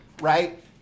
right